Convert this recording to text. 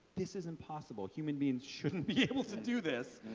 this is impossible, human beings shouldn't be able to do this,